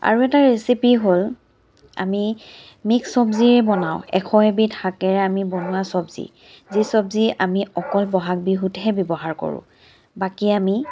আৰু এটা ৰেচিপি হ'ল আমি মিক্স চবজি বনাওঁ এশ এবিধ শাকেৰে আমি বনোৱা চবজি যি চবজি আমি অকল বহাগ বিহুতে ব্যৱহাৰ কৰোঁ বাকী আমি